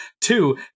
Two